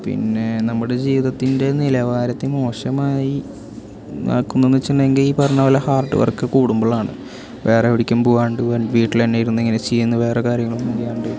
പിന്നേ നമ്മുടെ ജീവിതത്തിൻ്റെ നിലവാരത്തിൽ മോശമായി നടക്കുന്നത് എന്ന് വച്ചിട്ടുണ്ടെങ്കിൽ ഈ പറഞ്ഞ പോലെ ഹാർഡ്വർക്ക് കൂടുമ്പോഴാണ് വേറെ എവിടേക്കും പോവാണ്ട് വീട്ടിൽ തന്നെ ഇരുന്ന് ഇങ്ങനെ ചെയ്യുന്ന വേറെ കാര്യങ്ങൾ ഒന്നും ഇല്ലാണ്ട്